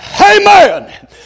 Amen